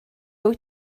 wyt